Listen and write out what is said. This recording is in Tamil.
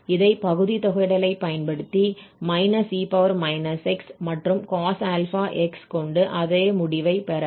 இதை பகுதி தொகையிடலை பயன்படுத்தி −e−x மற்றும் cos αx கொண்டு அதே முடிவை பெறலாம்